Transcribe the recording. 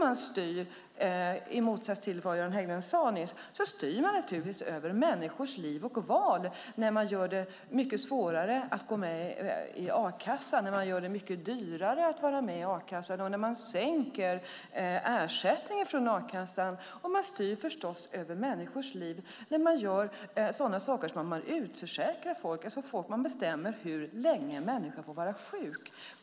I motsats till vad Göran Hägglund sade nyss styr man ju över människors liv och val när man gör det mycket svårare att gå med i a-kassan, när man gör det mycket dyrare att vara med i a-kassan och när man sänker ersättningen från a-kassan. Och man styr förstås över människors liv när man gör sådana saker som att utförsäkra folk och bestämma hur länge en människa får vara sjuk.